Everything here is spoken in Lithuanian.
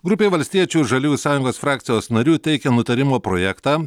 grupė valstiečių ir žaliųjų sąjungos frakcijos narių teikia nutarimo projektą